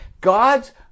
God's